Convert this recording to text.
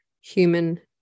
human